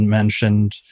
mentioned